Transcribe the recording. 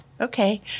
okay